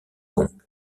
kong